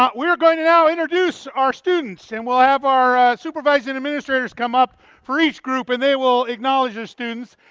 um we're going to now introduce our students, and we'll have our supervisors and administrators come up for each group and they will acknowledge the students,